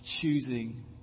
choosing